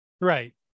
Right